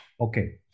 Okay